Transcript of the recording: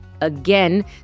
Again